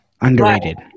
Underrated